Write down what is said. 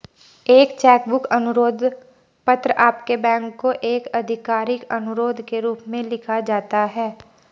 एक cheque book अनुरोध पत्र आपके बैंक को एक आधिकारिक अनुरोध के रूप में लिखा जाता है